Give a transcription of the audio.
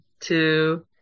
two